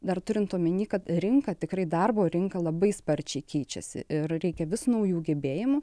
dar turint omenyje kad rinka tikrai darbo rinka labai sparčiai keičiasi ir reikia vis naujų gebėjimų